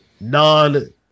non